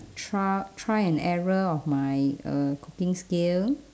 trial try and error of my uh cooking skill